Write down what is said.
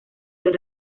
del